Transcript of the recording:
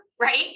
right